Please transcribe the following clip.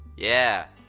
yeah.